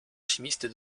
chimiste